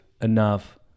enough